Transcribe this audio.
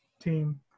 team